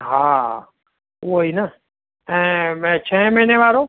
हा उहेई न ऐं म छहें महीने वारो